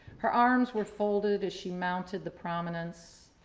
her arms were folded as she mounted the prominence.